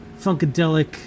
Funkadelic